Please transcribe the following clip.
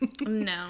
No